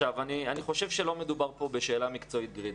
אני חושב שלא מדובר כאן בשאלה מקצועית גרידא.